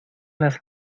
las